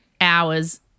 hours